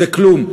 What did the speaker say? זה כלום.